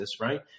right